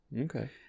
okay